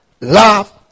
love